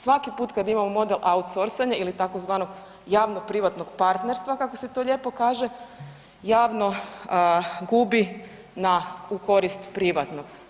Svaki put kad imamo model outsorsanja ili tzv. javno-privatnog partnerstva, kako se to lijepo kaže, javno gubi na u korist privatnog.